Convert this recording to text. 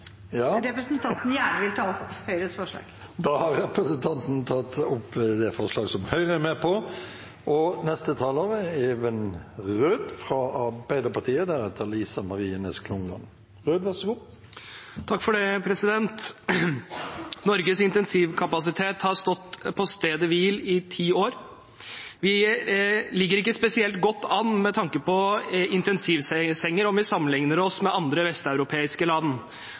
representanten gjerne vil ta opp Høyres forslag! Da har representanten Tone Wilhelmsen Trøen tatt opp det forslaget hun refererte til. Norges intensivkapasitet har stått på stedet hvil i ti år. Vi ligger ikke spesielt godt an med tanke på intensivsenger om vi sammenlikner oss med andre vesteuropeiske land.